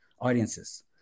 audiences